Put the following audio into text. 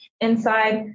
Inside